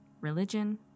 religion